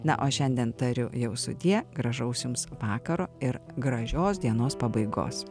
na o šiandien tariu jau sudie gražaus jums vakaro ir gražios dienos pabaigos